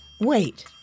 Wait